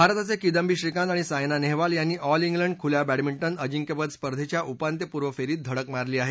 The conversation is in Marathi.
भारताचे किदम्बी श्रीकांत आणि सायना नेहवाल यांनी ऑल िक्विंड खुल्या बॅडमिंटन अजिंक्यपद स्पर्धेच्या उपांत्यपूर्व फेरीत धडक मारली आहे